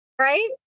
Right